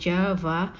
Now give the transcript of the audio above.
Java